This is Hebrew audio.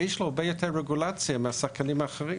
יש לו הרבה יותר רגולציה משחקנים אחרים